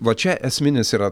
va čia esminis yra